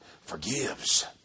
forgives